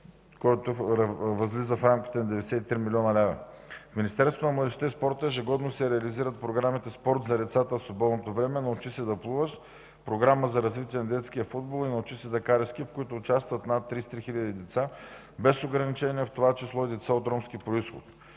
който възлиза в рамките на 93 млн. лв. В Министерството на младежта и спорта ежегодно се реализират програмите: „Спорт за децата в свободното време”, „Научи се да плуваш”, Програма за развитие на детския футбол и „Научи се да караш ски”, в които участват над 33 хиляди деца, без ограничение, в това число и деца от ромски произход.